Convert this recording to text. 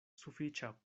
sufiĉa